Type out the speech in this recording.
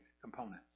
components